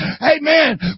amen